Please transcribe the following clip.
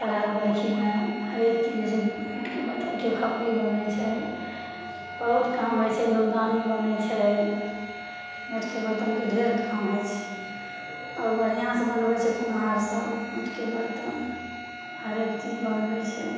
श्राद्ध बरखीमे हरेक चीज होइ छै माटिके बरतनके खपरी बनै छै बहुत काम होइ छै धुपदानी बनै छै माटिके बरतनके ढेर काम होइ छै आओर बढ़िआँसे बनबै छै कुम्हारसभ माटिके बरतन हरेक चीज बनबै छै